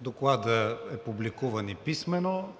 Докладът е публикуван и писмено,